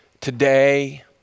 today